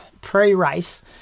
Pre-race